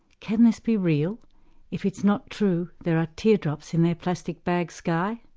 can this be real if it's not true there are tear-drops in their plastic bag sky?